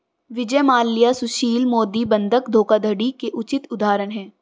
विजय माल्या सुशील मोदी बंधक धोखाधड़ी के उचित उदाहरण है